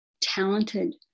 talented